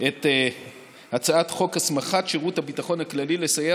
את הצעת חוק הסמכת שירות הביטחון הכללי לסייע